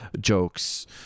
jokes